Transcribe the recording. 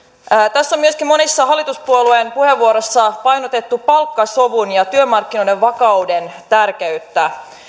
tässä on myöskin monissa hallituspuolueen puheenvuoroissa painotettu palkkasovun ja työmarkkinoiden vakauden tärkeyttä